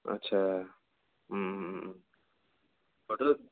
आदसा माथो